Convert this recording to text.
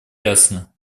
ясно